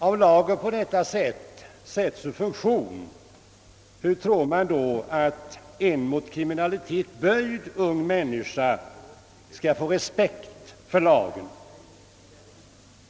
Om lagen på detta sätt sätts ur funktion, hur tror man då att en mot kriminalitet böjd ung människa skall få respekt för lagen?